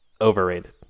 Overrated